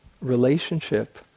relationship